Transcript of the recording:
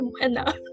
enough